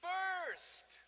First